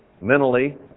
mentally